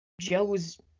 Joe's